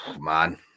Man